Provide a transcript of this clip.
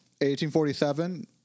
1847